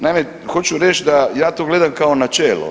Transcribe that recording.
Naime, hoću reći da ja to gledam kao načelo.